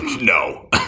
No